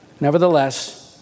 Nevertheless